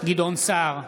גדעון סער,